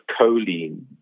choline